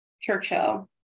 Churchill